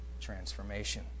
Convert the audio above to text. transformation